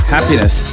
Happiness